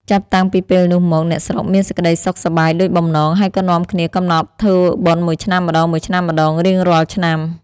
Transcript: ចាប់តាំងពីពេលនោះមក អ្នកស្រុកមានសេចក្តីសុខសប្បាយដូចបំណង ហើយក៏នាំគ្នាកំណត់ធ្វើបុណ្យមួយឆ្នាំម្ដងៗរៀងរាល់ឆ្នាំ ។